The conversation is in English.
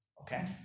okay